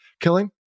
killing